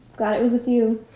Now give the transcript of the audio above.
glad it was with you.